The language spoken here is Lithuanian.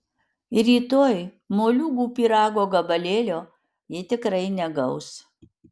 ir rytoj moliūgų pyrago gabalėlio ji tikrai negaus